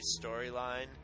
storyline